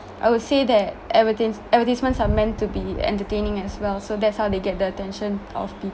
I would say that advertis~ advertisements are meant to be entertaining as well so that's how they get the attention of